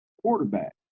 quarterback